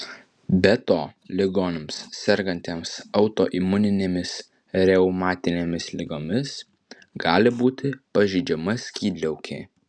be to ligoniams sergantiems autoimuninėmis reumatinėmis ligomis gali būti pažeidžiama skydliaukė